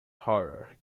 horror